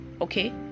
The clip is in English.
okay